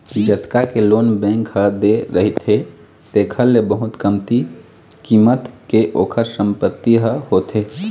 जतका के loan bank ह दे रहिथे तेखर ले बहुत कमती कीमत के ओखर संपत्ति ह होथे